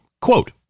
quote